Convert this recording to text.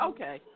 Okay